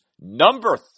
number